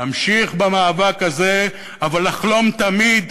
להמשיך במאבק הזה אבל לחלום תמיד על